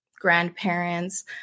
grandparents